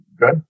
Good